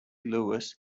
lewis